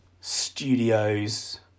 studios